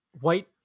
white